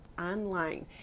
online